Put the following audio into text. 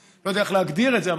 לא יודע איך להגדיר את זה,